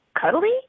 cuddly